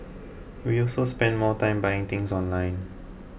we also spend more time buying things online